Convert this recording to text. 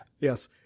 Yes